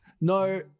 no